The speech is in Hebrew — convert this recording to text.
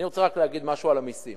אני רוצה רק להגיד משהו על המסים